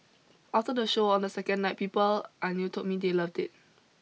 after the show on the second night people I knew told me they loved it